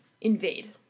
invade